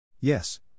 Yes